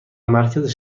مرکز